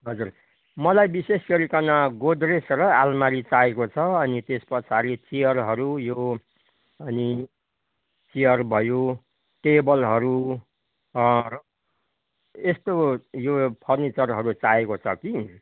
हजुर मलाई विशेष गरीकन गोद्रेज र आलमारी चाहिएको छ अनि त्यस पछाडि चियरहरू यो अनि चियर भयो टेबलहरू यस्तो यो फर्निचरहरू चाहिएको छ कि